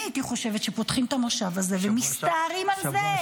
אני הייתי חושבת שפותחים את המושב הזה ומסתערים על זה.